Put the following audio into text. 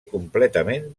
completament